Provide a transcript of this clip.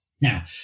Now